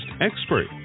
expert